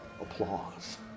applause